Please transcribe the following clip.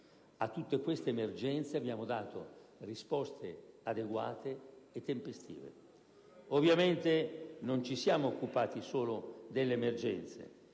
A tutte queste emergenze abbiamo dato risposte adeguate e tempestive. Ovviamente non ci siamo occupati solo delle emergenze.